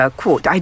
quote